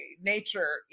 nature